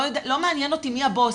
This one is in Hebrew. לא מעניין אותי מי הבוס.